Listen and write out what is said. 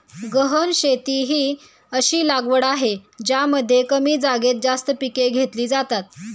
गहन शेती ही अशी लागवड आहे ज्यामध्ये कमी जागेत जास्त पिके घेतली जातात